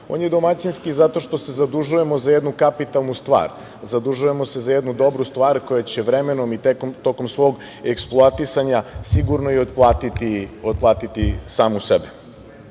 On je domaćinski zato što se zadužujemo za jednu kapitalnu stvar. Zadužujemo se za jednu dobru stvar koja će vremenom i tokom svog eksploatisanja sigurno i otplatiti samu